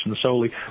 solely